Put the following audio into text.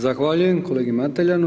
Zahvaljujem kolegi Mateljanu.